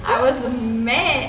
I was mad